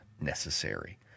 necessary